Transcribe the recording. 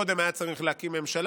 קודם היה צריך להקים ממשלה,